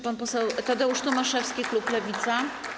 Pan poseł Tadeusz Tomaszewski, klub Lewica.